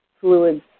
fluids